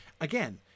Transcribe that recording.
Again